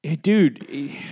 Dude